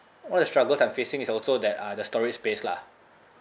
one of the struggles I'm facing is also that uh the storage space lah